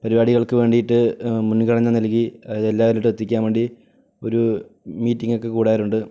പരിപാടികൾക്ക് വേണ്ടിയിട്ട് മുൻഗണന നൽകി അതെല്ലാവരിലോട്ടും എത്തിക്കാൻ വേണ്ടി ഒരു മീറ്റിങ്ങൊക്കെ കൂടാറുണ്ട്